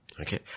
Okay